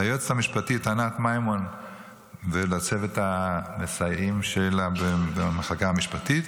ליועצת המשפטית ענת מימון ולצוות המסייעים שלה במחלקה המשפטית,